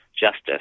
justice